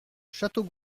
château